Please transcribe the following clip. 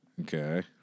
Okay